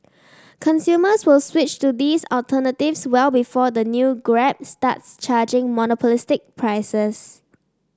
consumers will switch to these alternatives well before the new Grab starts charging monopolistic prices